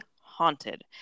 haunted